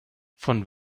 von